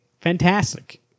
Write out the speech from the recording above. Fantastic